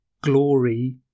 Glory